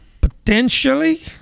potentially